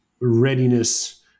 readiness